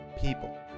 people